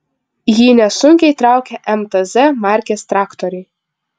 jį nesunkiai traukia mtz markės traktoriai